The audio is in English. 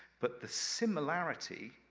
but the similarity,